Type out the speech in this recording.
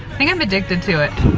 think i'm addicted to it.